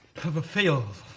have a feel.